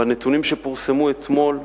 בנתונים שפורסמו אתמול,